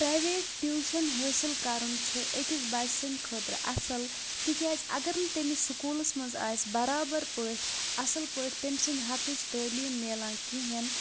private tuition حٲصِل کَرُن چھِ أکِس بَچہِ سٕنٛدۍ خٲطرٕ اَصٕل تِکیٛازِ اگر نہٕ تٔمِس سکوٗلَس منٛز آسہِ بَرابَر پٲٹھۍ اَصٕل پٲٹھۍ تٔمہِ سٕنٛدِ حَقٕچ تعلیٖم مِلان کِہیٖنۍ